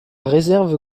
réserve